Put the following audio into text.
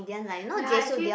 ya actually